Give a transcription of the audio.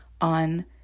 on